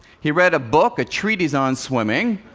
he read a book, a treatise on swimming